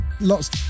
lots